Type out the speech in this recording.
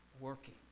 working